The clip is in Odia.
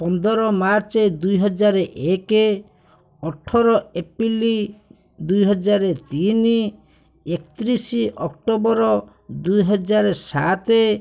ପନ୍ଦର ମାର୍ଚ୍ଚ ଦୁଇ ହଜାର ଏକ ଅଠର ଏପ୍ରିଲ ଦୁଇ ହଜାର ତିନି ଏକତିରିଶ ଅକ୍ଟୋବର ଦୁଇ ହଜାର ସାତ